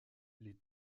les